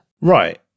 Right